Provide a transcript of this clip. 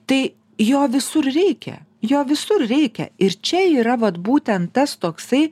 tai jo visur reikia jo visur reikia ir čia yra vat būtent tas toksai